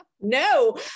No